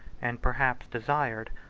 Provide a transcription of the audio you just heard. and perhaps desired,